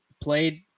played